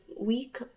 week